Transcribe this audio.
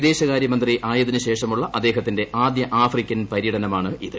വിദേശകാര്യമന്ത്രി ആയതിനു ശേഷമുള്ള അദ്ദേഹത്തിന്റെ ആദ്യ ആഫ്രിക്കൻ പര്യടനമാണിത്